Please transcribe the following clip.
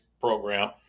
program